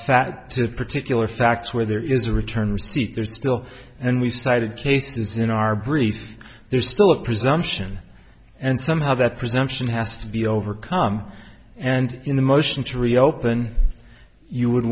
that particular facts where there is a return receipt there's still and we've cited cases in our brief there's still a presumption and somehow that presumption has to be overcome and in the motion to reopen you would